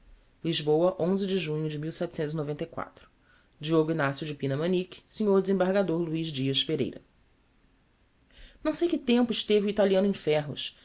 lisboa o de junho de digo naco de pina manique snr dz or luiz dias pereira não sei que tempo esteve o italiano em ferros